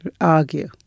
argue